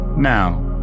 Now